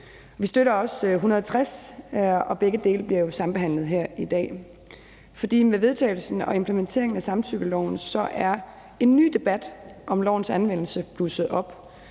Vi støtter også B 160, og begge forslag bliver jo sambehandlet her i dag, for med vedtagelsen og implementeringen af samtykkeloven er en ny debat om lovens anvendelse blusset op.